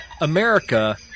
America